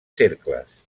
cercles